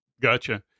Gotcha